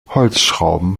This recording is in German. holzschrauben